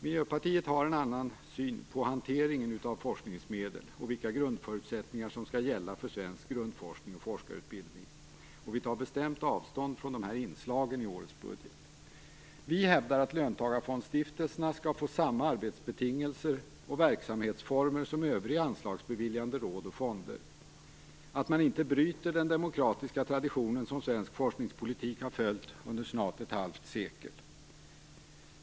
Miljöpartiet har en annan syn på hanteringen av forskningsmedel och vilka grundförutsättningar som skall gälla för svensk grundforskning och forskarutbildning. Vi tar bestämt avstånd från dessa inslag i årets budget. Vi hävdar att löntagarfondsstiftelserna skall få samma arbetsbetingelser och verksamhetsformer som övriga anslagsbeviljande råd och fonder, att man inte bryter den demokratiska tradition som svensk forskningspolitik följt under snart ett halvt sekel.